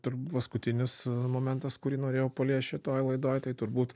turbūt paskutinis momentas kurį norėjau paliest šitoj laidoj tai turbūt